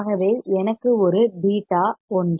ஆகவே எனக்கு ஒரு β ஒன்று